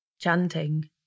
chanting